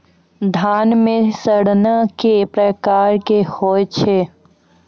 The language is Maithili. धान म सड़ना कै प्रकार के होय छै?